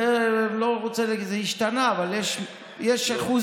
אני לא רוצה, זה השתנה, אבל יש אחוזים.